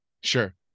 Sure